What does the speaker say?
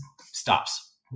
stops